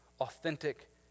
authentic